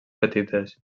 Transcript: petites